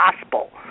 gospel